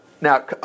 Now